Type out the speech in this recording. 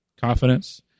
confidence